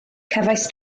cefais